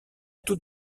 tout